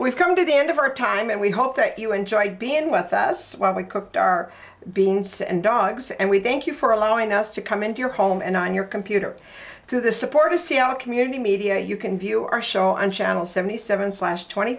we've come to the end of our time and we hope that you enjoyed being with us while we cooked our being sick and dogs and we thank you for allowing us to come into your home and on your computer through the support of c l community media you can view our show on channel seventy seven slash twenty